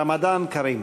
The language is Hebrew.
רמדאן כרים.